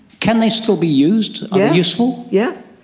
can they still be used? are they useful? yes,